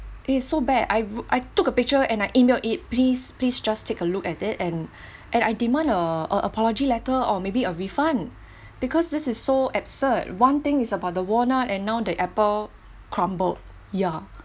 it's so bad I I took a picture and I email it please please just take a look at it and and I demand uh a apology letter or maybe a refund because this is so absurd one thing is about the walnut and now the apple crumble ya